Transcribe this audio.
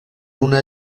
una